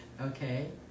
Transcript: Okay